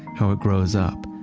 how it grows up,